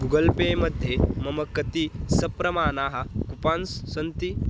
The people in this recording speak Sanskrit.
गुगल् पे मध्ये मम कति सप्रमाणाः कुपान्स् सन्ति